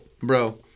bro